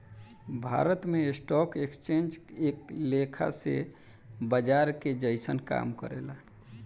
भारत में stock exchange एक लेखा से बाजार के जइसन काम करेला